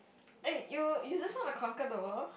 eh you you just want to conquer the world